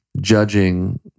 judging